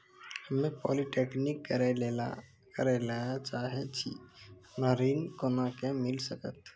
हम्मे पॉलीटेक्निक करे ला चाहे छी हमरा ऋण कोना के मिल सकत?